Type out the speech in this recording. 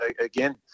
again